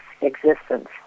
existence